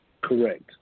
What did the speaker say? Correct